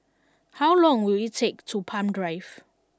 how long will it take to Palm Drive